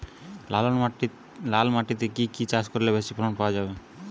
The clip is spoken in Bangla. লাল মাটিতে কি কি চাষ করলে বেশি ফলন পাওয়া যায়?